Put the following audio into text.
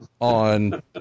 on